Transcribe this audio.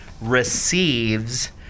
receives